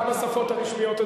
רק בשפות הרשמיות,